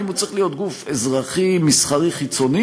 אם הוא צריך להיות גוף אזרחי מסחרי חיצוני